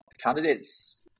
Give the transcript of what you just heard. candidates